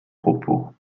propos